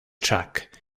track